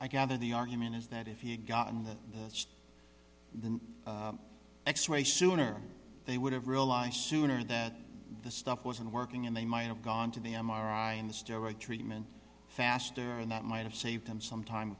i gather the argument is that if he had gotten the x ray sooner they would have realized sooner that the stuff wasn't working and they might have gone to the m r i and the steroid treatment faster and that might have saved him some time